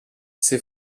ses